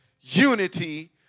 unity